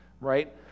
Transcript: right